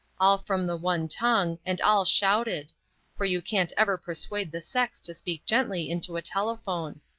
all from the one tongue, and all shouted for you can't ever persuade the sex to speak gently into a telephone